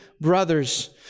brothers